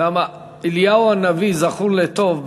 כי "אליהו הנביא זכור לטוב",